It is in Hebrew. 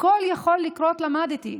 הכול יכול לקרות, למדתי.